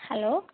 hello